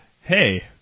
Hey